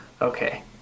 Okay